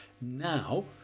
now